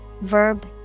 verb